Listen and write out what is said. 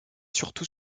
surtout